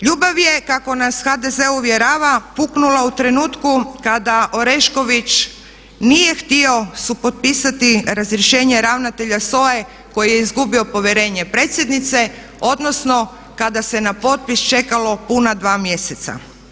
Ljubav je kako nas u HDZ-u uvjerava puknula u trenutku kada Orešković nije htio supotpisati razrješenje ravnatelje SOA-e koji je izgubio povjerenje predsjednice odnosno kada se na potpis čekalo puna dva mjeseca.